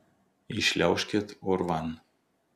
įšliaužkit urvan